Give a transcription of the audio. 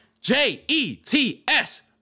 J-E-T-S